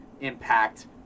impact